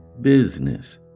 business